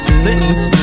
sentence